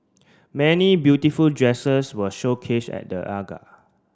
many beautiful dresses were showcased at the